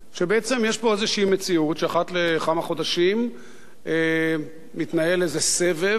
שבעצם יש פה איזו מציאות שאחת לכמה חודשים מתנהל איזה סבב,